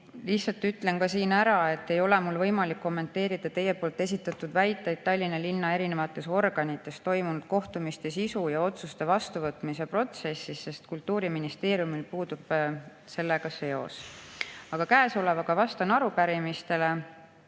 lihtsalt ära, et mul ei ole võimalik kommenteerida teie esitatud väiteid Tallinna linna erinevates organites toimunud kohtumiste sisu ja otsuste vastuvõtmise protsessis, sest Kultuuriministeeriumil puudub sellega seos. Aga vastan arupärimisele